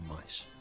mice